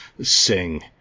sing